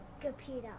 computer